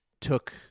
took